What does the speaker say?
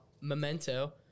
Memento